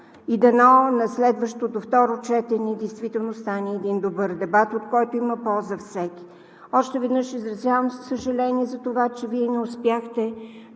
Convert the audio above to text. Дано на следващото второ четене действително стане един добър дебат, от който всеки има ползва. Още веднъж изразявам съжаление за това, че Вие не успяхте